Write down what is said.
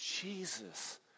Jesus